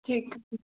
ठीकु आहे